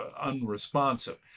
unresponsive